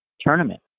tournament